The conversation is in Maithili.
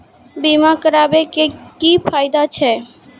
बीमा कराबै के की फायदा छै?